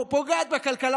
פוגעת בכלכלה.